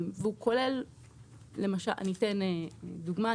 אני אתן דוגמה,